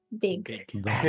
Big